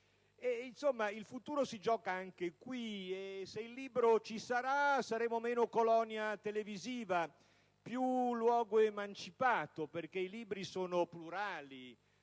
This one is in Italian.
Il futuro si gioca anche qui, e se il libro ci sarà saremo meno colonia televisiva e più luogo emancipato, perché i libri sono plurali: